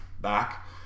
back